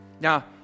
Now